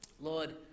Lord